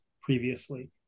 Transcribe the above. previously